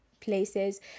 places